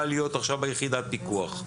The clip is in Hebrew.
בא להיות עכשיו ביחידת פיקוח.